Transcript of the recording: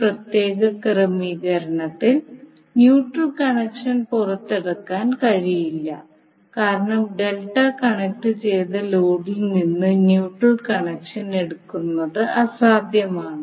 ഈ പ്രത്യേക ക്രമീകരണത്തിൽ ന്യൂട്രൽ കണക്ഷൻ പുറത്തെടുക്കാൻ കഴിയില്ല കാരണം ഡെൽറ്റ കണക്റ്റുചെയ്ത ലോഡിൽ നിന്ന് ന്യൂട്രൽ കണക്ഷൻ എടുക്കുന്നത് അസാധ്യമാണ്